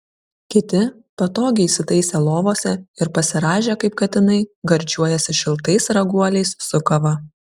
kiti patogiai įsitaisę lovose ir pasirąžę kaip katinai gardžiuojasi šiltais raguoliais su kava